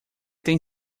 tem